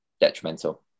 detrimental